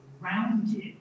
Grounded